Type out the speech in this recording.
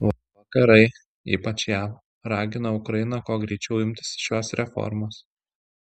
vakarai ypač jav ragino ukrainą kuo greičiau imtis šios reformos